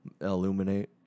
Illuminate